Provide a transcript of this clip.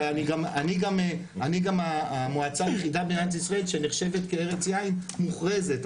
ואני גם המועצה היחידה במדינת ישראל שנחשבת כארץ יין מוכרזת.